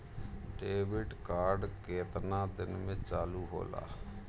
Debit card केतना दिन में चालु होला?